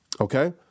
Okay